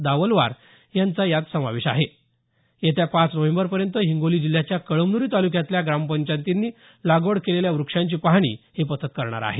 दावलवार यांचा समावेश असलेली ही समिती पाच नोव्हेंबरपर्यंत हिंगोली जिल्ह्याच्या कळमन्री ताल्क्यातल्या ग्रामपंचायतीनं लागवड केलेल्या वृक्षांची पाहणी करणार आहे